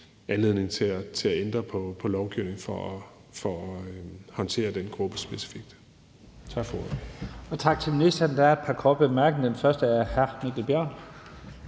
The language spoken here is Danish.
anledning til at ændre på lovgivningen for at håndtere den gruppe specifikt.